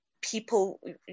people